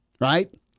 right